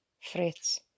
Fritz